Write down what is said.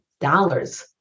dollars